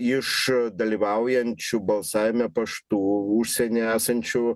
iš dalyvaujančių balsavime paštu užsieny esančių